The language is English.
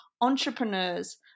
entrepreneurs